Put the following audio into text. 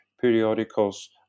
periodicals